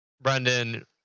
Brendan